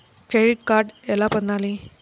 Credit card ఎలా పొందాలి?